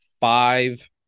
five